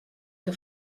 que